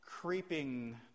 creeping